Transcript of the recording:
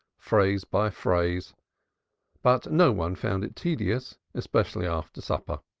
phrase by phrase but no one found it tedious, especially after supper.